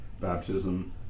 baptism